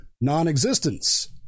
non-existence